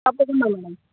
తప్పకుండా మేడమ్